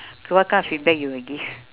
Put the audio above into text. what kind of feedback you will give